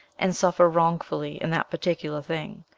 and suffer wrongfully in that particular thing,